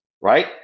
right